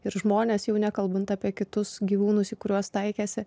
ir žmones jau nekalbant apie kitus gyvūnus į kuriuos taikėsi